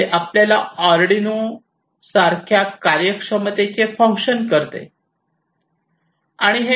जे आपल्या आर्डीनो सारख्या कार्यक्षमतेचे फंक्शन करते